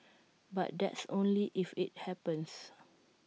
but that's only if IT happens